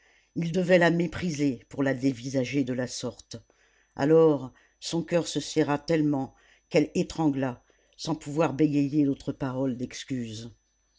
il devait la mépriser pour la dévisager de la sorte alors son coeur se serra tellement qu'elle étrangla sans pouvoir bégayer d'autres paroles d'excuse